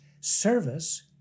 service